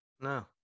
No